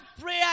prayer